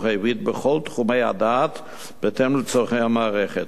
העברית בכל תחומי הדעת בהתאם לצורכי המערכת.